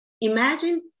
Imagine